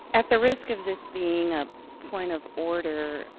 at the risk of this being a point of order,